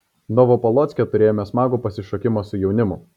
novopolocke turėjome smagų pasišokimą su jaunimu